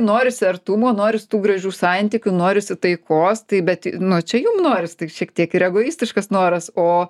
norisi artumo noris tų gražių santykių norisi taikos tai bet nu čia jum noris tai šiek tiek ir egoistiškas noras o